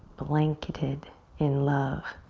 blanketed in love,